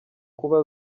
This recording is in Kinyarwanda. kuba